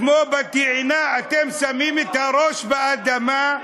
כמו בת-יענה אתם שמים את הראש באדמה,